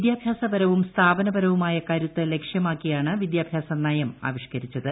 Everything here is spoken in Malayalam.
വിദ്യാഭ്യാസപ്പർപ്പൂർ സ്ഥാപനപരവുമായ കരുത്ത് ലക്ഷ്യമാക്കിയാണ് പ്പിദ്ധ്ാഭ്യാസ നയം ആവിഷ്കരിച്ചത്